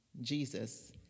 Jesus